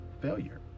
failure